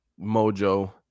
Mojo